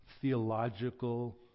theological